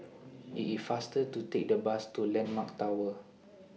IT IS faster to Take The Bus to Landmark Tower